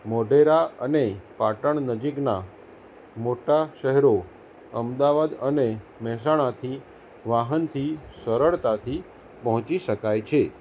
મોઢેરા અને પાટણ નજીકના મોટા શહેરો અમદાવાદ અને મહેસાણાથી વાહનથી સરળતાથી પહોંચી શકાય છે